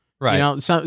Right